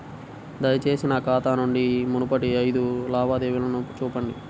దయచేసి నా ఖాతా నుండి మునుపటి ఐదు లావాదేవీలను చూపండి